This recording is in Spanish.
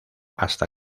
hasta